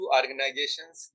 organizations